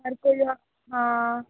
हर कोई हाँ